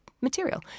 material